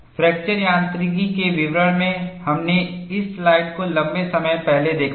fracture यांत्रिकी के विवरण में हमने इस स्लाइड को लंबे समय पहले देखा था